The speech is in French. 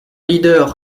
leader